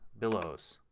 billows,